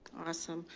awesome.